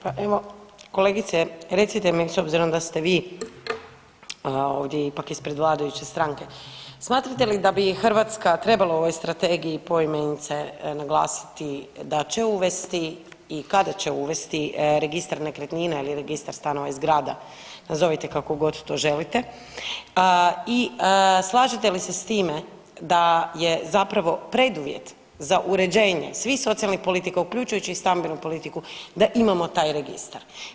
Pa evo kolegice recite mi s obzirom da ste vi ovdje ipak ispred vladajuće stranke, smatrate li da bi Hrvatska trebala u ovoj strategiji poimenice naglasiti da će uvesti i kada će uvesti registar nekretnina ili registar stanova i zgrada, nazovite kako god to želite i slažete li se s time da je zapravo preduvjet za uređenje svih socijalnih politika uključujući i stambenu politiku da imamo taj registar.